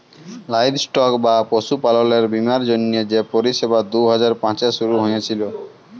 livestock বা পশুপাললের বীমার জ্যনহে যে পরিষেবা দু হাজার পাঁচে শুরু হঁইয়েছিল